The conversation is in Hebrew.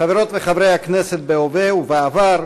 חברות וחברי הכנסת בהווה ובעבר,